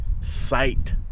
sight